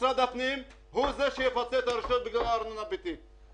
ומשרד הפנים הוא שיפצה את הרשויות בגלל הארנונה הביתית.